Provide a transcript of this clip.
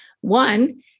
One